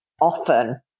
often